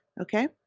Okay